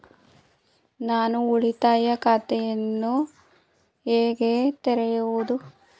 ನಾನು ಉಳಿತಾಯ ಖಾತೆಯನ್ನು ಹೇಗೆ ತೆರೆಯುವುದು?